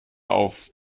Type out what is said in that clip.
auf